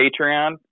Patreon